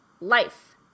life